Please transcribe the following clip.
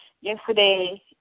Yesterday